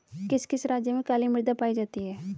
किस किस राज्य में काली मृदा पाई जाती है?